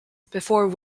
before